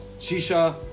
shisha